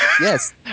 Yes